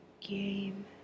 game